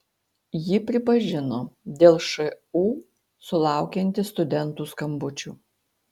ji pripažino dėl šu sulaukianti studentų skambučių